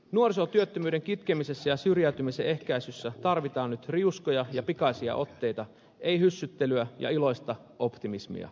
nuorisotyöttömyyden kitkemisessä ja syrjäytymisen ehkäisyssä tarvitaan nyt riuskoja ja pikaisia otteita ei hyssyttelyä ja iloista optimismia